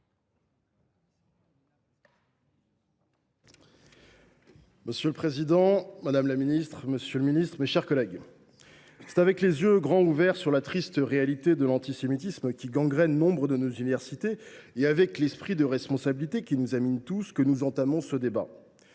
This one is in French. Monsieur le président, madame, monsieur les ministres, mes chers collègues, c’est avec les yeux grands ouverts sur la triste réalité de l’antisémitisme qui gangrène nombre de nos universités, et avec l’esprit de responsabilité qui nous anime tous, que nous entamons ce débat.